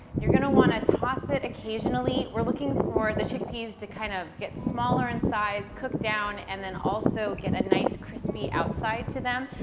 you're gonna wanna toss it occasionally. we're looking for the chickpeas to kind of get smaller in size, cooked down and then also get a nice crispy outside to them.